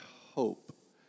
hope